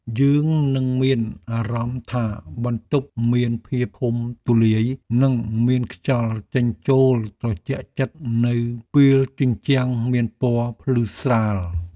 យើងនឹងមានអារម្មណ៍ថាបន្ទប់មានភាពធំទូលាយនិងមានខ្យល់ចេញចូលត្រជាក់ចិត្តនៅពេលជញ្ជាំងមានពណ៌ភ្លឺស្រាល។